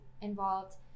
involved